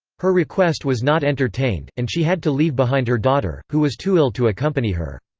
her request was not entertained, and she had to leave behind her daughter, who was too ill to accompany her.